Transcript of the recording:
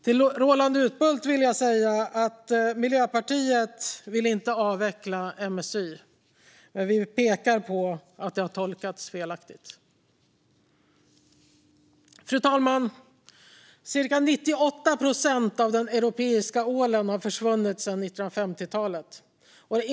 Till Roland Utbult vill jag säga att vi i Miljöpartiet inte vill avveckla MSY, men vi pekar på att det har tolkats felaktigt. Fru talman! Cirka 98 procent av den europeiska ålen har försvunnit sedan 1950-talet.